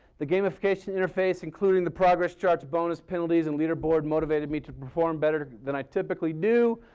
the gamification interface including the progress chart, bonuses penalties, and leader board, motivated me to perform better than i typically do.